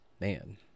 man